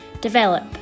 develop